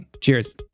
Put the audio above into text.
Cheers